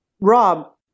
Rob